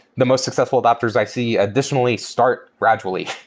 the most successful adaptors i see additionally start gradually,